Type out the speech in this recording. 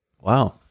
Wow